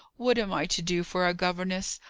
what am i to do for a governess?